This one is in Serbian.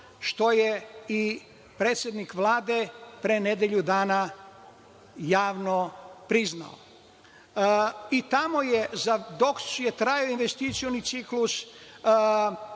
što je i predsednik Vlade pre nedelju dana javno priznao. I dok je trajao investicioni ciklus,